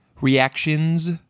reactions